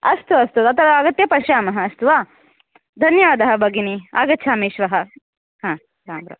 अस्तु अस्तु तत्र आगत्य पश्यामः अस्तु वा धन्यवादः भगिनि आगच्छामि श्वः आम् आम्